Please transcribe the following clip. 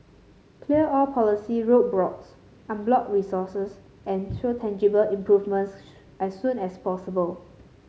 clear all policy roadblocks unblock resources and show tangible improvements as soon as possible